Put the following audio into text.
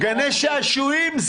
זה מה שהם רוצים.